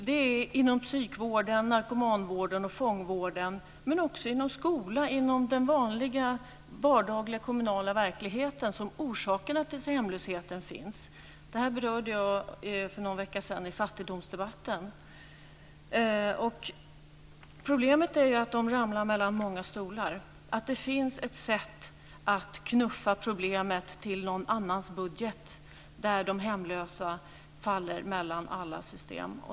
Det är inom psykvården, narkomanvården och fångvården men också inom skolan och inom den vanliga vardagliga kommunala verkligheten som orsakerna till hemlösheten finns. Det här berörde jag för någon vecka sedan i fattigdomsdebatten. Problemet är att de ramlar mellan många stolar. Det finns ett sätt att knuffa problemet till någon annans budget så att de hemlösa faller mellan alla system.